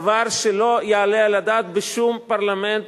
דבר שלא יעלה על הדעת בשום פרלמנט,